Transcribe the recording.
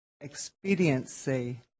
expediency